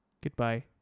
Goodbye